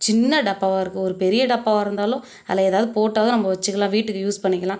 சின்ன டப்பாவாக இருக்கு ஒரு பெரிய டப்பாவாக இருந்தாலும் அதில் எதாவது போட்டாவது நம்ப வச்சுக்கலாம் வீட்டுக்கு யூஸ் பண்ணிக்கலாம்